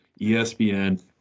ESPN